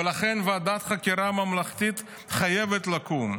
ולכן ועדת חקירה ממלכתית חייבת לקום.